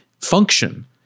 function